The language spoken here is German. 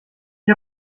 ich